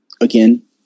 again